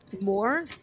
more